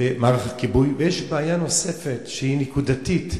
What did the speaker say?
ומערך הכיבוי, ויש בעיה נוספת שהיא נקודתית,